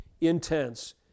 intense